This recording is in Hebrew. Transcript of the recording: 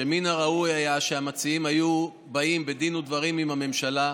שמן הראוי היה שהמציעים היו באים בדין ודברים עם הממשלה.